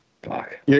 Fuck